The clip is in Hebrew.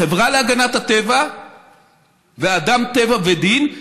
החברה להגנת הטבע ואדם טבע ודין,